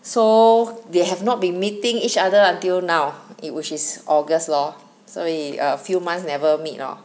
so they have not been meeting each other until now it which is august lor 所以 a few months never meet lor